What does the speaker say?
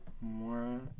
More